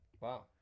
Wow